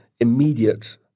immediate